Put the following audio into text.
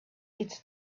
its